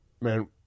man